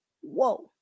Whoa